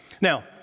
Now